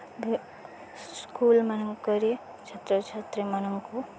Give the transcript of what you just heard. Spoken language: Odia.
ସ୍କୁଲ୍ମାନଙ୍କରେ ଛାତ୍ରଛାତ୍ରୀମାନଙ୍କୁ